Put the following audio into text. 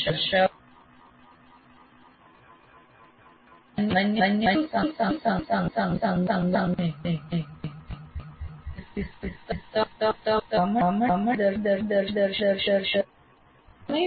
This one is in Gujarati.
શિક્ષાર્થીઓને સામાન્ય માહિતી અથવા કોઈ સંગઠનના માળખાને ચોક્કસ કિસ્સાઓથી સંબંધિત કરવા માટે માર્ગદર્શન મળવું જોઈએ